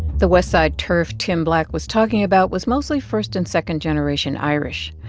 the west side turf tim black was talking about was mostly first and second-generation irish.